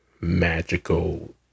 magical